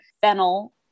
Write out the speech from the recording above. fennel